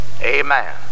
Amen